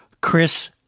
Chris